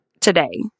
today